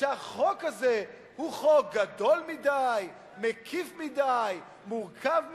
שהחוק הזה הוא חוק גדול מדי, מקיף מדי, מורכב מדי,